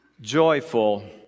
joyful